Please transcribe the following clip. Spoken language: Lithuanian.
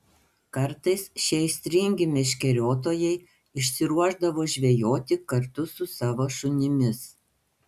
kartais šie aistringi meškeriotojai išsiruošdavo žvejoti kartu su savo šunimis